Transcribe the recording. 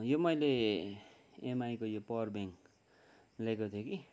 यो मैले एमआईको यो पावर ब्याङ्क लिएको थिएँ कि